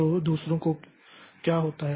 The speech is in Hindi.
तो दूसरों को क्या होता है